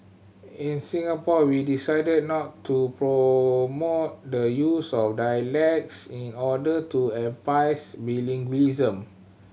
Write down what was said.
in Singapore we decided not to promote the use of dialects in order to emphasise bilingualism